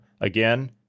again